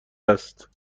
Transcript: است